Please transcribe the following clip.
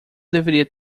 deveria